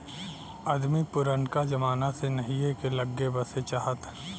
अदमी पुरनका जमाना से नहीए के लग्गे बसे चाहत